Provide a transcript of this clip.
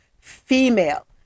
female